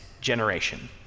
generation